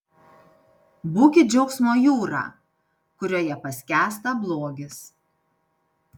būkit džiaugsmo jūra kurioje paskęsta blogis